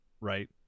right